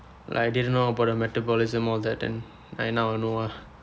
like I didn't know about their metabolism all that and I now I know ah